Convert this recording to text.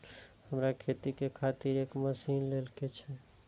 हमरा खेती के खातिर एक मशीन ले के छे?